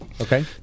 Okay